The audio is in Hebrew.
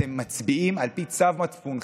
אתם מצביעים על פי צו מצפונכם.